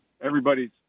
everybody's